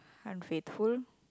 unfaithful